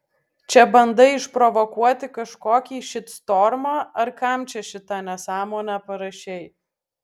čia bandai išprovokuoti kažkokį šitstormą ar kam čia šitą nesąmonę parašei